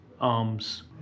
arms